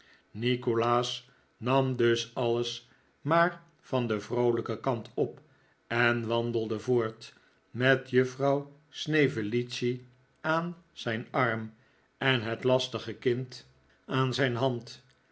nikolaas nam dus alles maar van den vroolijken kant op en wandelde voort met juffrouw snevellicci aan zijn arm en het lastige kind aan zijn hand